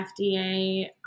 FDA